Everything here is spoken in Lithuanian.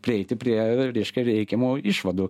prieiti prie reiškia reikiamų išvadų